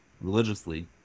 religiously